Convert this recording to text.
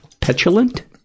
petulant